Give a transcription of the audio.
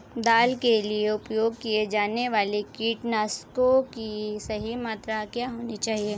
दाल के लिए उपयोग किए जाने वाले कीटनाशकों की सही मात्रा क्या होनी चाहिए?